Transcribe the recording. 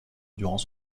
durant